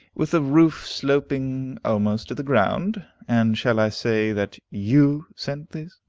with the roof sloping almost to the ground. and shall i say that you sent this?